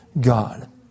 God